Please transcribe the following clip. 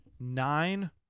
Nine